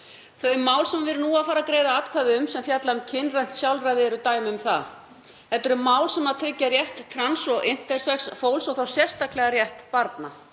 Þau mál sem við erum nú að fara að greiða atkvæði um sem fjalla um kynrænt sjálfræði eru dæmi um það. Þetta eru mál sem tryggja rétt trans og intersex fólks og þá sérstaklega rétt barna.